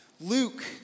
Luke